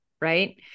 right